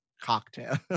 cocktail